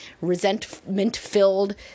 resentment-filled